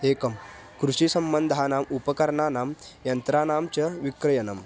एकं कृषिसम्बन्धानाम् उपकरणानां यन्त्राणां च विक्रयणं